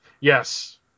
yes